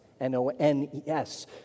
N-O-N-E-S